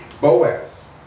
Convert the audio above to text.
Boaz